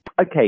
Okay